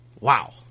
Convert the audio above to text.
Wow